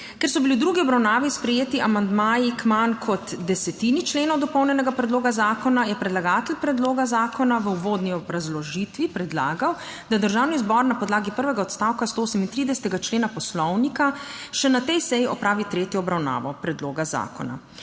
Ker so bili v drugi obravnavi sprejeti amandmaji k manj kot desetini členov dopolnjenega predloga zakona je predlagatelj predloga zakona v uvodni obrazložitvi predlagal, da Državni zbor na podlagi prvega odstavka 138. člena Poslovnika še na tej seji opravi tretjo obravnavo predloga zakona.